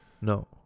no